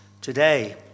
today